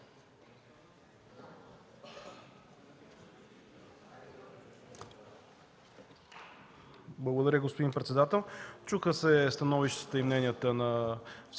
Благодаря, господин председател. Чуха се становищата и мненията на всички